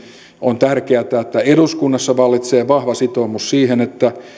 on tärkeätä että eduskunnassa vallitsee vahva sitoumus siihen että